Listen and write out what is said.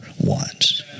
wants